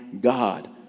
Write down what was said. God